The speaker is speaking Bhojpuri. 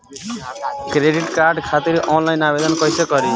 क्रेडिट कार्ड खातिर आनलाइन आवेदन कइसे करि?